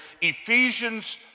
Ephesians